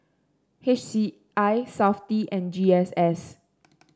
H C I Safti and G S S